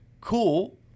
cool